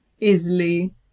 easily